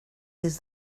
des